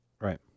right